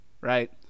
right